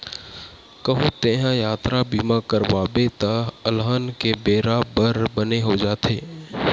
कहूँ तेंहा यातरा बीमा करवाबे त अलहन के बेरा बर बने हो जाथे